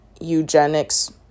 eugenics